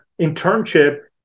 internship